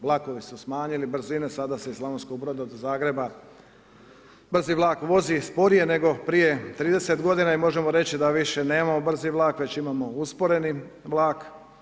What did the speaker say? Vlakovi su smanjili brzine, sada se iz Slavonskog Broda do Zagreba brzi vlak vozi sporije nego prije 30 godina i možemo reći da više nemamo brzi vlak, već imamo usporeni vlak.